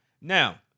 Now